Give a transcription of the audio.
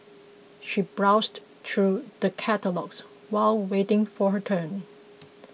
she browsed through the catalogues while waiting for her turn